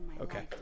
Okay